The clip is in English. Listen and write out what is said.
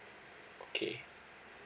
okay